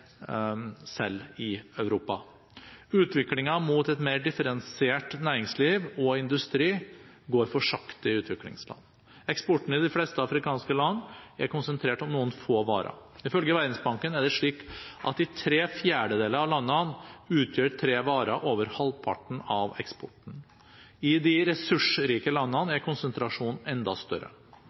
selv i Europa. Utviklingen mot et mer differensiert næringsliv og en mer differensiert industri går for sakte i utviklingsland. Eksporten i de fleste afrikanske land er konsentrert om noen få varer. Ifølge Verdensbanken er det slik at i tre fjerdedeler av landene utgjør tre varer over halvparten av eksporten. I de ressursrike landene er konsentrasjonen enda større.